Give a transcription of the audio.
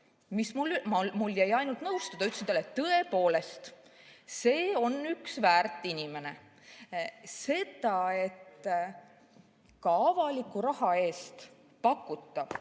jäi üle ainult nõustuda, ütlesin talle: "Tõepoolest, see on üks väärt inimene." Seda, et ka avaliku raha eest pakutav